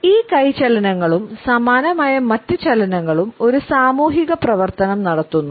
ഈ കൈ ചലനങ്ങളും സമാനമായ മറ്റ് ചലനങ്ങളും ഒരു സാമൂഹിക പ്രവർത്തനം നടത്തുന്നു